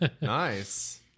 nice